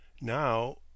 Now